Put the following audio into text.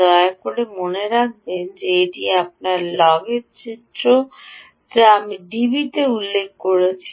দয়া করে মনে রাখবেন যে এটি আপনার লগের চিত্র যা আমি ডিবিতে উল্লেখ করেছি